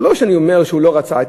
זה לא שאני אומר שהוא לא רצה.